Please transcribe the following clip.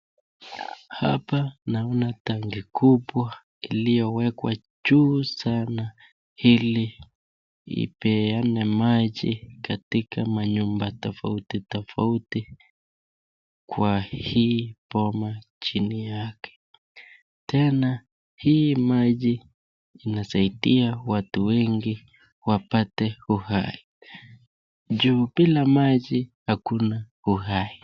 Hapa naona tanki kubwa yenye imewekwa juu sana ili ipeane maji katika manyumba tafauti tafauti kwa hii boma chini yake, tena hii maji inasaidia watu wengi wapate uhai juu bila maji hakuna uhai.